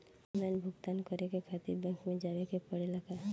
Online भुगतान करे के खातिर बैंक मे जवे के पड़ेला का?